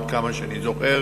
עד כמה שאני זוכר,